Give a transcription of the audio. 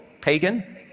pagan